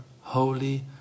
holy